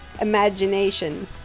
imagination